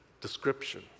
description